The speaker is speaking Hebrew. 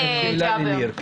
ניר,